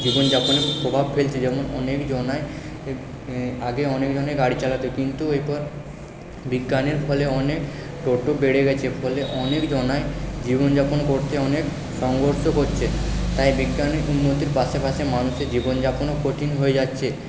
জীবনযাপনে প্রভাব ফেলছে যেমন অনেকজনায় আগে অনেকজনে গাড়ি চালাতো কিন্তু এখন বিজ্ঞানের ফলে অনেক টোটো বেড়ে গেছে ফলে অনেকজনায় জীবনযাপন করতে অনেক সংঘর্ষ করছে তাই বিজ্ঞানের উন্নতির পাশাপাশি মানুষের জীবনযাপনও কঠিন হয়ে যাচ্ছে